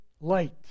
light